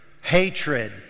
hatred